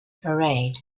parade